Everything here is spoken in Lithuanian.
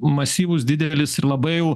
masyvus didelis ir labai jau